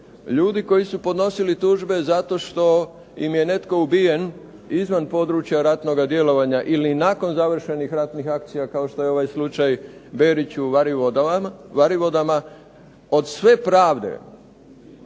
ljudi koji su podnosili tužbe zato što im je netko ubijen izvan područja ratnog djelovanja ili nakon završenih ratnih akcija kao što je ovaj slučaj Berić u Varivodama, od sve pravde